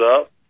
up